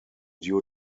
due